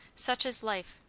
such is life!